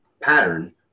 pattern